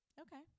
Okay